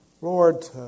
Lord